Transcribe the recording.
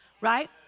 right